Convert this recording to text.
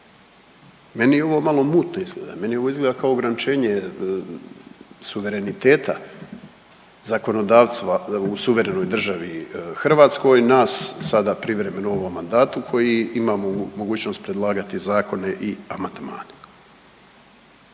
Meni ovo malo mutno izgleda, meni ovo izgleda kao ograničenje suvereniteta zakonodavstva u suverenoj državi Hrvatskoj, nas sada privremeno u ovom mandatu koji imamo mogućnost predlagati zakone i amandmane.